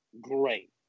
great